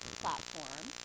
platform